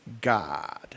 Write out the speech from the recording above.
God